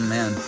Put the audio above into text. Man